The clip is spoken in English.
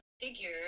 figure